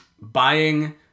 buying